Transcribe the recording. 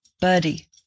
Buddy